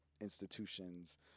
institutions